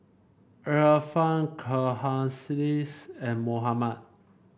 Irfan Khalish and Muhammad